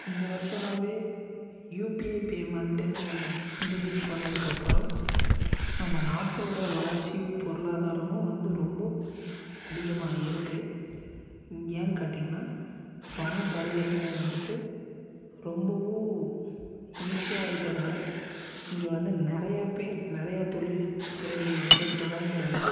கொஞ்சம் வருஷமாகவே யுபிஐ பேமெண்டுன்னு ஒன்று இன்டிட்யூஸ் பண்ணதுக்கு அப்புறம் நம்ம நாட்டோடய வளர்ச்சியும் பொருளாதாரமும் வந்து ரொம்ப அதிகமாகிருக்கு ஏன்னு கேட்டிங்கன்னால் பணம் பரிவர்த்தனை வந்துட்டு ரொம்பவும் ஈசியாக ஆகிட்டனால இங்கே வந்து நிறையா பேர் நிறையா தொழில் துறைகள் வந்து தொடங்குறாங்க